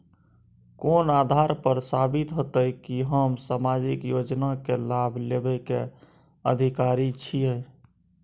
कोन आधार पर साबित हेते की हम सामाजिक योजना के लाभ लेबे के अधिकारी छिये?